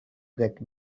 get